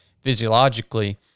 physiologically